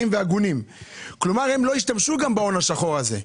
והגונים והם לא ישתמשו בהון השחור הזה.